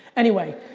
anyway,